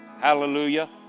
hallelujah